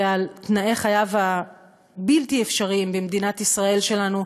על דני ועל תנאי חייו הבלתי-אפשריים במדינת ישראל שלנו,